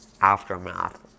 aftermath